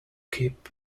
keep